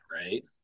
right